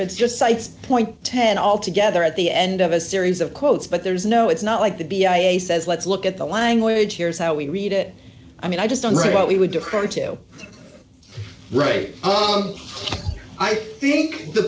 it's just cites point ten all together at the end of a series of quotes but there is no it's not like the b a a says let's look at the language here is how we read it i mean i just don't write what we would do her tail right on i think the